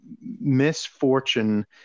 misfortune